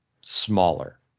smaller